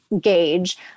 gauge